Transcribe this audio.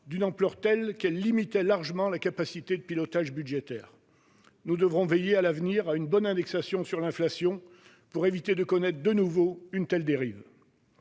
d'une ampleur telle qu'elle limitait largement la capacité de pilotage du budget. Nous devrons veiller à une bonne indexation sur l'inflation pour éviter de connaître, de nouveau, une telle dérive.